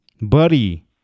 Buddy